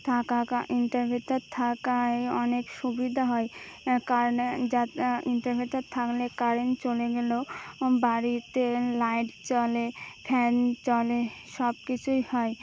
থাকা ইনভারটার থাকায় অনেক সুবিধা হয় কারণে যা ইনভারটার থাকলে কারেন্ট চলে গেলেও বাড়িতে লাইট চলে ফ্যান চলে সব কিছুই হয়